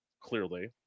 clearly